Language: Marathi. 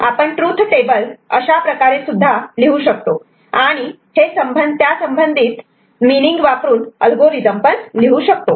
आपण ट्रूथ टेबल अशाप्रकारे सुद्धा लिहू शकतो आणि आणि हे त्यासंबंधित मिनिंग वापरून अल्गोरिदम लिहू शकतो